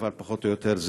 אבל פחות או יותר,